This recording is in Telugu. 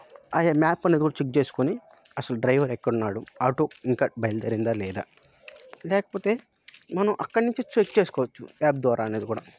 అయ్యో మ్యాప్ అనేది కూడా చెక్ చేసుకోని అసలు డ్రైవర్ ఎక్కడున్నాడు ఆటో ఇంకా బయలుదేరిందా లేదా లేకపోతే మనం అక్కడి నుంచి చెక్ చేసుకోవచ్చు యాప్ ద్వారా అనేది కూడా